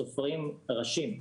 סופרים ראשים,